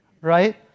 Right